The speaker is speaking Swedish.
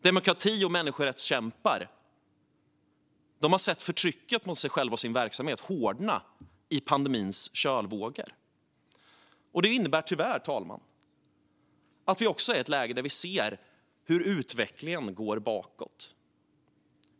Demokrati och människorättskämpar har sett förtrycket mot dem själva och deras verksamhet hårdna i pandemins kölvatten. Det innebär tyvärr, fru talman, att vi också är i ett läge där vi ser hur utvecklingen går bakåt.